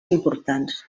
importants